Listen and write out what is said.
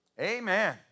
Amen